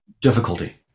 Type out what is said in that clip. difficulty